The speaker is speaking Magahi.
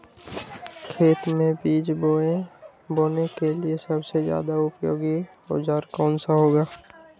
खेत मै बीज बोने के लिए सबसे ज्यादा उपयोगी औजार कौन सा होगा?